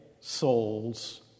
souls